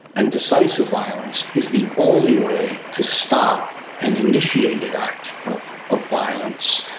and decisive violence, is the only way to stop an initiated act of of violence.